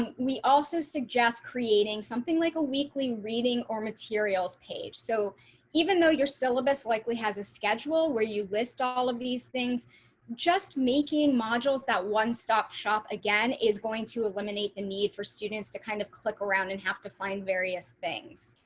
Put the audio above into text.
and we also suggest creating something like a weekly reading or materials page so shari beck even though your syllabus likely has a schedule where you list all of these things just making modules that one stop shop again is going to eliminate the need for students to kind of click around and have to find various things.